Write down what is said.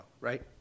right